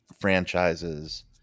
franchises